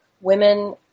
women